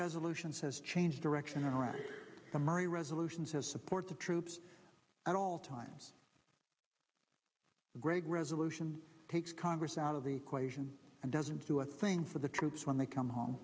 resolution says change direction around summary resolution says support the troops at all times the great resolution takes congress out of the equation and doesn't do a thing for the troops when they come home